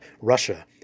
Russia